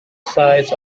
sides